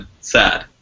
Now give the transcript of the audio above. sad